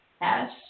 Yes